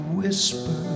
whisper